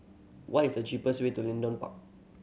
what is the cheapest way to Leedon Park